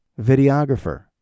videographer